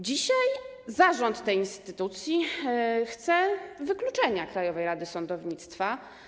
Dzisiaj zarząd tej instytucji chce wykluczenia Krajowej Rady Sądownictwa.